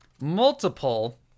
Multiple